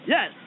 Yes